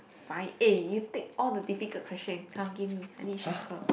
fine eh you take all the difficult question come give me I need shuffle